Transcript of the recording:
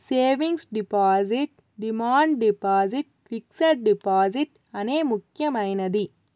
savings deposit demand deposit fixed deposit అనే ముక్యమైనది